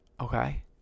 Okay